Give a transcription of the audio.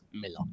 Miller